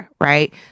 Right